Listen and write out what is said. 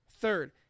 Third